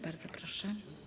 Bardzo proszę.